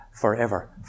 forever